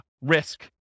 risk